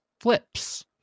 flips